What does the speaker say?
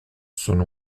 son